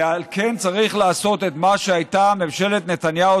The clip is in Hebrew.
ועל כן צריך לעשות את מה שממשלת נתניהו